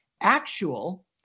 Actual